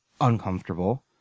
uncomfortable